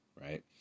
right